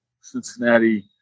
Cincinnati